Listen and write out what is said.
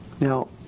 now